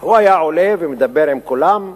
הוא היה עולה ומדבר עם כולם: